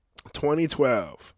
2012